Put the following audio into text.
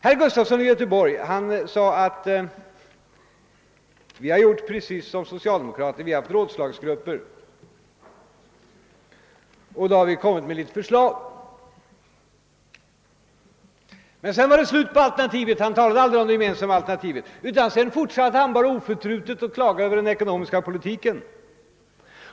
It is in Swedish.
Herr Gustafson i Göteborg sade att folkpartisterna gjort precis som socialdemokraterna; de har haft rådslagsgrupper och framlagt förslag. Men han talade aldrig om det gemensamma alternativet utan fortsatte oförtrutet att klaga över den ekonomiska politiken.